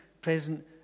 present